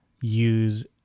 use